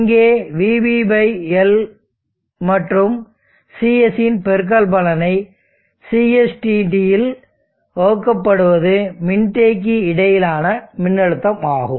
இங்கே vBL மற்றும் CS இன் பெருக்கல் பலனை CSdt ஆல் வகுக்கப்படுவது மின்தேக்கிக்கு இடையிலான மின்னழுத்தம் ஆகும்